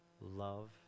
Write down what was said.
love